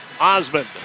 Osmond